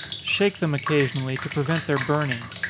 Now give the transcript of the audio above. shake them occasionally, to prevent their burning.